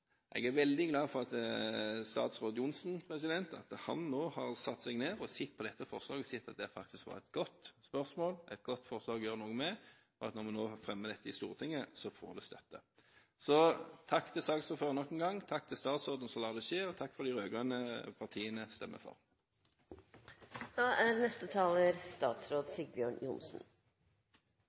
Jeg er veldig glad for at statsråd Johnsen nå har satt seg ned og sett på dette forslaget og sett at det faktisk var et godt spørsmål, et godt forslag å gjøre noe med, og at vi får støtte når vi nå fremmer dette i Stortinget. Så takk til saksordføreren nok en gang, takk til statsråden som lar det skje, og takk for at de rød-grønne partiene stemmer for. Da